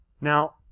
Now